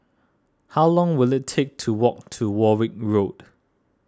how long will it take to walk to Warwick Road